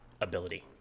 ability